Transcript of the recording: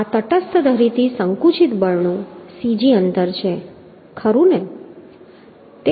આ તટસ્થ ધરીથી સંકુચિત બળનું cg અંતર છે ખરું ને